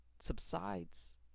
subsides